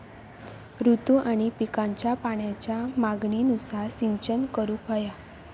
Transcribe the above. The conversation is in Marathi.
ऋतू आणि पिकांच्या पाण्याच्या मागणीनुसार सिंचन करूक व्हया